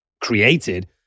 created